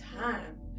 time